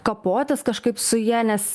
kapotis kažkaip su ja nes